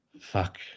fuck